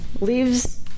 leaves